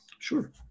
Sure